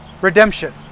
redemption